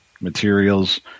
materials